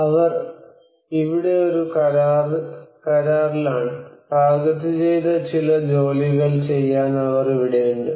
അവർ ഇവിടെ ഒരു കരാറിലാണ് ടാർഗെറ്റുചെയ്ത ചില ജോലികൾ ചെയ്യാൻ അവർ ഇവിടെയുണ്ട്